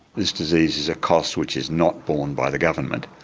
this disease is a cost which is not borne by the government.